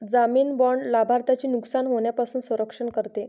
जामीन बाँड लाभार्थ्याचे नुकसान होण्यापासून संरक्षण करते